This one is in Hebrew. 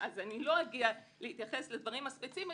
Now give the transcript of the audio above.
לא אגיע להתייחס לדברים הספציפיים,